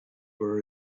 were